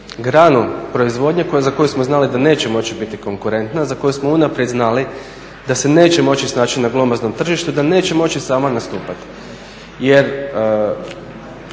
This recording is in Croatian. granu proizvodnje za koju smo znali da neće moći biti konkurenta, za koju smo unaprijed znali da se neće moći snaći na glomaznom tržištu, da neće moći sama nastupati. Jer